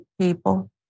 people